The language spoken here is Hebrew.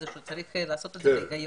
צריך לעשות את זה בהיגיון.